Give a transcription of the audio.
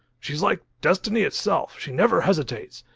she's like destiny itself, she never hesitates.